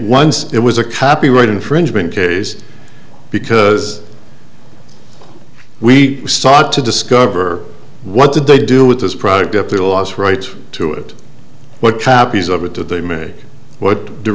once it was a copyright infringement case because we sought to discover what did they do with this product up their last rights to it what copies of it did they made what